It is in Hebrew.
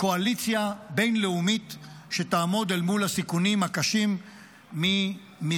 קואליציה בין-לאומית שתעמוד אל מול הסיכונים הקשים ממזרח.